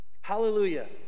Hallelujah